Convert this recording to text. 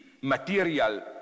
material